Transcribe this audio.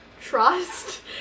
trust